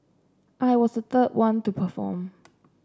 I was the third one to perform